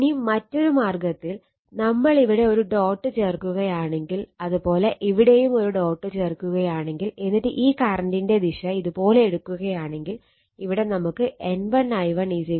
ഇനി മറ്റൊരു മാർഗ്ഗത്തിൽ നമ്മൾ ഇവിടെ ഒരു ഡോട്ട് ചേർക്കുകയാണെങ്കിൽ അത്പോലെ ഇവിടെയും ഒരു ഡോട്ട് ചേർക്കുകയാണെങ്കിൽ എന്നിട്ട് ഈ കറണ്ടിന്റെ ദിശ ഇത് പോലെ എടുക്കുകയാണെങ്കിൽ ഇവിടെ നമുക്ക് N1 I1 N2 I2 എന്നാണ്